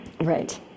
Right